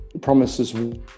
promises